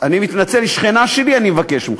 אני מתנצל, היא שכנה שלי, אני מבקש ממך.